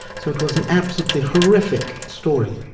so it was an absolutely horrific story.